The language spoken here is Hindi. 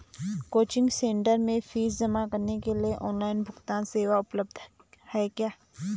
कोचिंग सेंटर में फीस जमा करने के लिए ऑनलाइन भुगतान सेवा उपलब्ध है क्या?